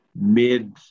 mid